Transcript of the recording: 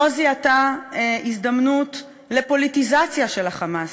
לא זיהתה הזדמנות לפוליטיזציה של ה"חמאס".